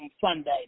Sunday